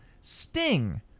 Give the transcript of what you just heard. Sting